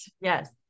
Yes